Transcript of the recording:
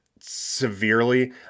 severely